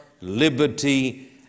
liberty